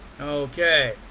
Okay